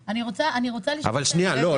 אני רוצה לשאול -- לא,